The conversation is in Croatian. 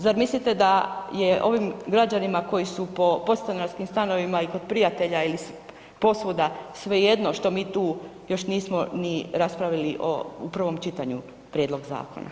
Zar mislite da je ovim građanima koji su po podstanarskim stanovima i kod prijatelja ili posvuda svejedno što mi tu još nismo ni raspravili u prvom čitanju prijedlog zakona.